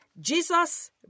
Jesus